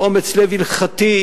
באומץ לב הלכתי,